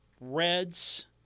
Reds